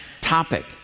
topic